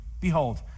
Behold